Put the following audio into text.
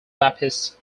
baptist